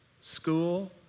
school